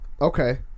Okay